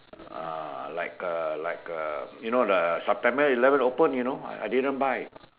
uh like a like a you know the September eleven open you know I didn't buy